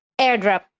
airdrop